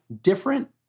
Different